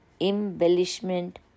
embellishment